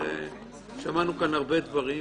שמענו כאן הרבה דברים